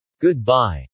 goodbye